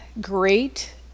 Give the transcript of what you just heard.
great